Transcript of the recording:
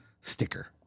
sticker